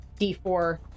D4